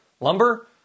lumber